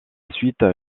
suite